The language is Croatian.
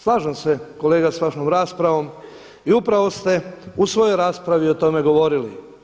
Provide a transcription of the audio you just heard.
Slažem se kolega sa vašom raspravom i upravo ste u svojoj raspravi o tome govorili.